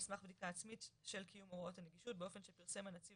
סמך בדיקה עצמית של קיום הוראות הנגישות באופן שפרסם הנציב